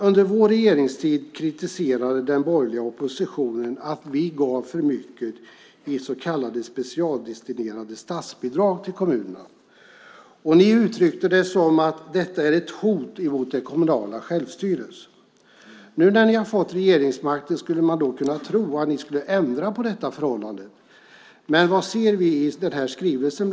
Under vår regeringstid kritiserade den borgerliga oppositionen att vi gav för mycket så kallade specialdestinerade statsbidrag till kommunerna. Ni i den dåvarande oppositionen uttryckte det som att detta är ett hot mot den kommunala självstyrelsen. Nu när ni har fått regeringsmakten skulle man då kunna tro att ni skulle ändra på detta förhållande. Men vad ser vi, bland annat i den här skrivelsen?